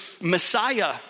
Messiah